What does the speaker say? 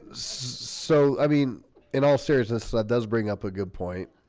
so, i mean in all seriousness that does bring up a good point,